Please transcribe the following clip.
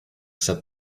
said